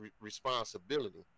responsibility